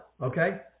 Okay